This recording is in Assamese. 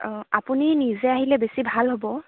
অঁ আপুনি নিজে আহিলে বেছি ভাল হ'ব